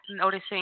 noticing